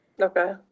okay